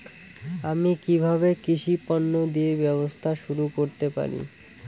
আমি কিভাবে কৃষি পণ্য দিয়ে ব্যবসা শুরু করতে পারি?